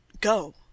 Go